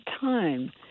time